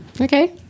Okay